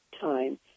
time